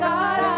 God